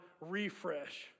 refresh